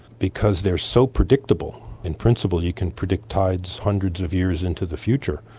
because they're so predictable, in principle you can predict tides hundreds of years into the future,